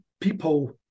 people